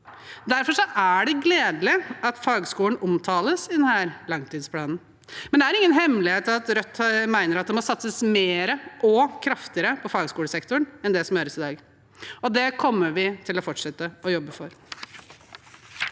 Derfor er det gledelig at fagskolen omtales i denne langtidsplanen, men det er ingen hemmelighet at Rødt mener det må satses mer og kraftigere på fagskolesektoren enn det som gjøres i dag, og det kommer vi til å fortsette å jobbe for.